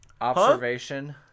Observation